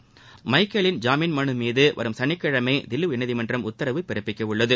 முன்னதாக மைக்கேலின் ஜாமீன் மனு மீது வரும் சனிக்கிழமை தில்லி உயர்நீதிமன்றம் உத்தரவு பிறப்பிக்கவுள்ளது